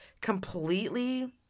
completely